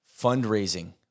fundraising